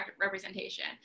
representation